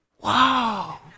Wow